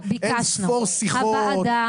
אין ספור שיחות ומיילים.